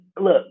look